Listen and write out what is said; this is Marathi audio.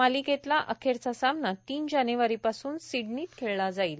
मालिकेतला अखेरचा सामना तीन जानेवारीपासुन सिडनीत खेळला जाईल